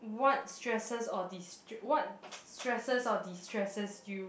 what stresses or destr~ what stresses or destresses you